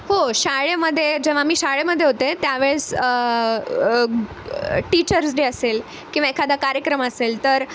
हो शाळेमध्ये जेव्हा मी शाळेमध्ये होते त्यावेळेस टीचर्स डे असेल किंवा एखादा कार्यक्रम असेल तर